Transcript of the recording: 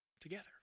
together